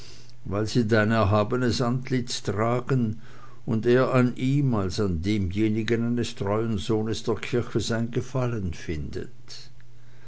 weil sie dein erhabenes antlitz tragen und er an ihm als an demjenigen eines treuen sohnes der kirche sein gefallen findet